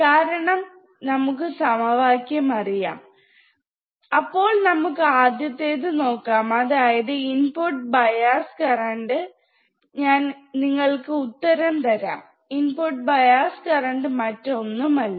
കാരണം നമുക്ക് സമവാക്യം അറിയാം അപ്പോൾ നമുക്ക് ആദ്യത്തേത് നോക്കാം അതായത് ഇൻപുട്ട് ബയാർ കറണ്ട് ഞാൻ നിങ്ങൾക്ക് ഉത്തരം തരാം ഇൻപുട്ട് ബയാസ് കരണ്ട് മറ്റൊന്നുമില്ല